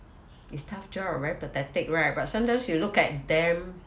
it's tough job very pathetic right but sometimes you look at them